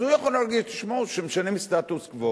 אז הוא יכול להגיד: תשמעו, משנים סטטוס-קוו.